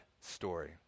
story